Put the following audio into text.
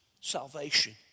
salvation